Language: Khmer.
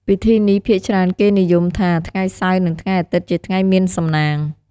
ពិធីនេះភាគច្រើនគេនិយមថា ថ្ងៃសៅរ៍និងថ្ងៃអាទិត្យជាថ្ងៃមានសំណាង។